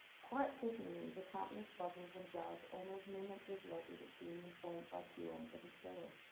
quite fittingly, the countless bottles and jars almost mimick this logic of being informed by two ends of a scale.